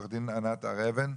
עורכת דין ענת הר אבן?